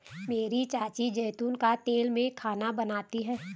मेरी चाची जैतून के तेल में खाना बनाती है